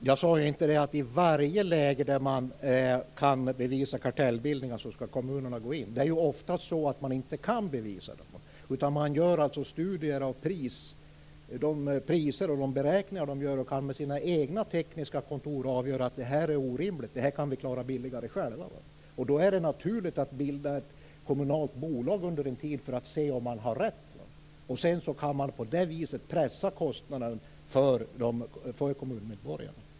Herr talman! Jag sade inte att kommunerna skall gå in i varje läge där man kan bevisa kartellbildningar. Det är ju ofta så att man inte kan bevisa dem. Genom studier av priser och egna beräkningar kan de egna tekniska kontoren avgöra om det är orimligt och om man kan klara det billigare själva. Då är det naturligt att bilda ett kommunalt bolag under en tid för att se om man har rätt. Sedan kan man på det viset pressa kostnaderna för kommunmedborgarna.